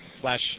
Flash